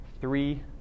three